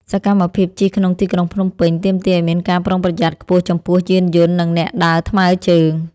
សកម្មភាពជិះក្នុងទីក្រុងភ្នំពេញ ទាមទារឱ្យមានការប្រុងប្រយ័ត្នខ្ពស់ចំពោះយានយន្ត និងអ្នកដើរថ្មើរជើង។